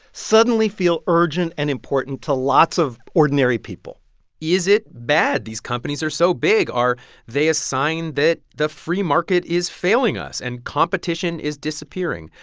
suddenly feel urgent and important to lots of ordinary people is it bad these companies are so big? are they a sign that the free market is failing us and competition is disappearing?